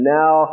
now